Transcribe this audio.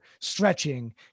stretching